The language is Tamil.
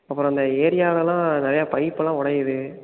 அப்புறம் இந்த ஏரியாவிலலாம் நிறையா பைப்பைலாம் உடையிது